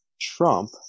Trump